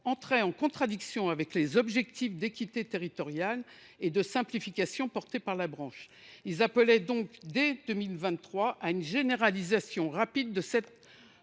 entrait en contradiction avec les objectifs d’équité territoriale et de simplification propres à la branche. Ils appelaient donc, dès 2023, à une généralisation rapide de cette